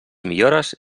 millores